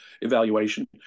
evaluation